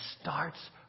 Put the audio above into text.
starts